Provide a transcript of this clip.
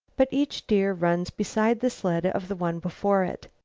but each deer runs beside the sled of the one before it.